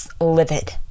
livid